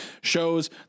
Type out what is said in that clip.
Shows